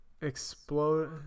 explode